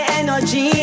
energy